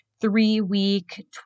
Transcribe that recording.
three-week